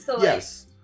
Yes